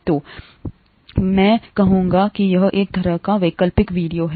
तो मैं कहूंगा कि यह एक तरह का वैकल्पिक वीडियो है